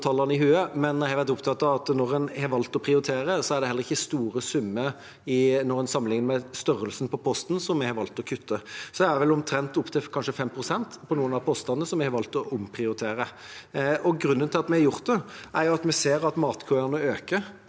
jeg har vært opptatt av at når en har valgt å prioritere, er det heller ikke store summer når en sammenligner med størrelsen på posten, som vi har valgt å kutte. Det er vel opp til kanskje 5 pst. på noen av postene som vi har valgt å omprioritere. Grunnen til at vi har gjort det, er at vi ser at matkøene øker.